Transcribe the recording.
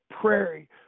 prairie